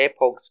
AirPods